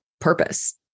purpose